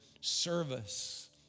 service